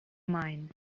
mind